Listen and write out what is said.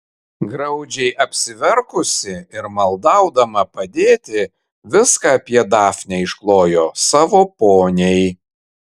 graudžiai apsiverkusi ir maldaudama padėti viską apie dafnę išklojo savo poniai